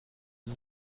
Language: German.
sie